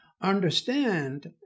understand